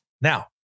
Now